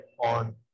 on